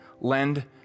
lend